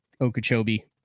Okeechobee